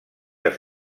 els